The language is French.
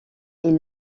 est